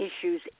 issues